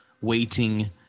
waiting